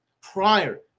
prior